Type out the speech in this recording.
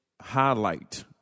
highlight